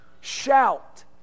shout